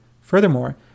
Furthermore